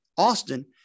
Austin